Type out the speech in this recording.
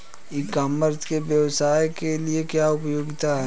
ई commerce के व्यवसाय के लिए क्या उपयोगिता है?